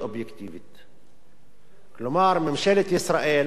ממשלת ישראל מחליטה החלטות על השטחים הכבושים,